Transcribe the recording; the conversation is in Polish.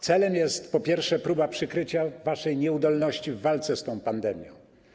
Celem jest po pierwsze próba przykrycia waszej nieudolności w walce z tą pandemią.